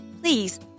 please